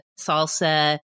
salsa